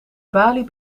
balie